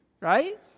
Right